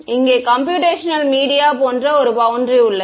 இங்கே computational media போன்ற ஒரு பௌண்டரி உள்ளது